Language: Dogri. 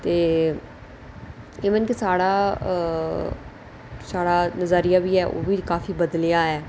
ते इवन कि साढा नजरिया बी ऐ ओह् बी काफी बदलेआ ऐ